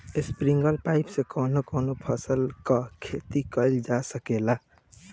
Sprinkler pipe से कवने कवने फसल क खेती कइल जा सकेला?